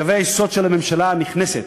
קווי היסוד של הממשלה הנכנסת.